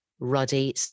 Ruddy